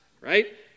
right